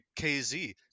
KZ